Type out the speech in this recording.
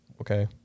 Okay